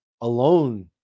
alone